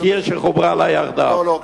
עיר שחוברה לה יחדיו.